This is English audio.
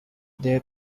there